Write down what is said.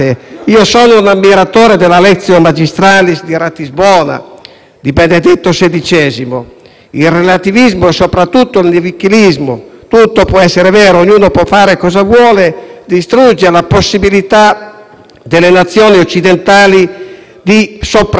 il relativismo e, sopratutto, con il nichilismo tutto può essere vero e ognuno può fare ciò che vuole e ciò distrugge la possibilità delle Nazioni occidentali di sopravvivere come comunità e civiltà negandone le regole, la storia e la verità.